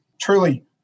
truly